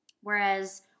Whereas